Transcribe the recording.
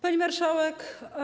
Pani Marszałek!